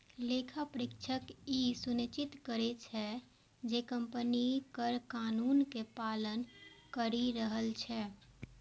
लेखा परीक्षक ई सुनिश्चित करै छै, जे कंपनी कर कानून के पालन करि रहल छै